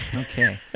Okay